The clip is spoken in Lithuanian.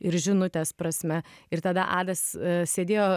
ir žinutės prasme ir tada adas sėdėjo